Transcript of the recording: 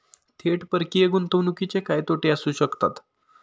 थेट परकीय गुंतवणुकीचे काय तोटे असू शकतात?